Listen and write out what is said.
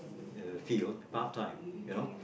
uh field part time you know